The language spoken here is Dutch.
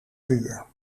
vuur